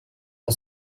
are